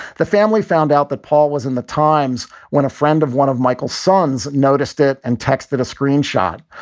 the family found out that paul was in the times when a friend of one of michael sons noticed it and texted a screenshot.